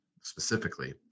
specifically